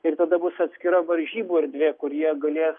ir tada bus atskira varžybų erdvė kurioje galės